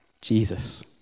Jesus